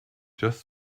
just